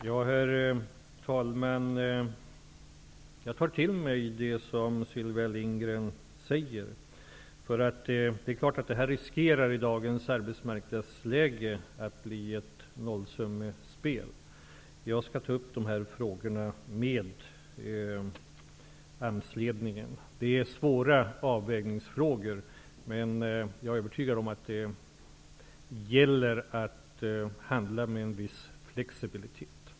Herr talman! Jag tar till mig det som Sylvia Lindgren säger. Det är klart att detta, i dagens arbetsmarknadsläge, riskerar att bli ett nollsummespel. Jag skall ta upp de här frågorna med AMS-ledningen. Det är svåra avvägningsfrågor. Men jag är övertygad om att det gäller att handla med en viss flexibilitet.